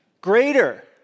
greater